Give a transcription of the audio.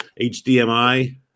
HDMI